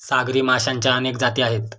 सागरी माशांच्या अनेक जाती आहेत